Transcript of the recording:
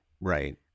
Right